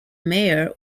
mayor